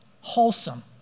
wholesome